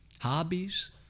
hobbies